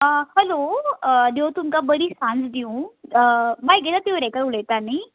आं हॅलो देव तुमकां बरी सांज दिवं बाय उलयता न्हय